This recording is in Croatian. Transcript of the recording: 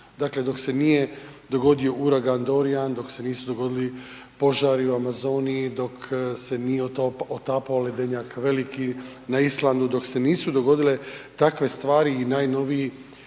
Dakle dok se nije dogodio uragan Dorian, dok se nisu dogodili požari u Amazoni, dok se nije otapao ledenjak veliki na Islandu, dok se nisu dogodile takve stvari i najnoviji